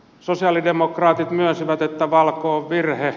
sosialidemokraatit myönsivät että valco on virhe